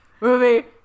movie